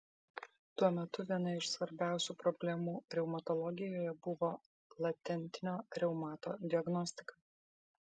tuo metu viena iš svarbiausių problemų reumatologijoje buvo latentinio reumato diagnostika